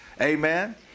amen